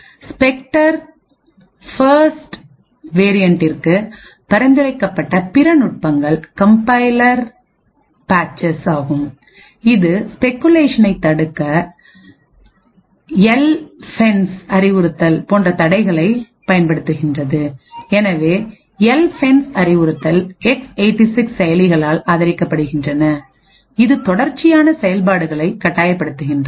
Spectre first வேரியண்ட்டிற்குபரிந்துரைக்கப்பட்ட பிற நுட்பங்கள் கம்பைலர் பேட்செஸ் ஆகும் இது ஸ்பெகுலேஷனை தடுக்க எல்பென்ஸ் அறிவுறுத்தல் போன்ற தடைகளைப் பயன்படுத்துகிறது எனவே எல்பென்ஸ் அறிவுறுத்தல் X86 செயலிகளால் ஆதரிக்கப்படுகிறது இது தொடர்ச்சியான செயல்பாடுகளை கட்டாயப்படுத்துகிறது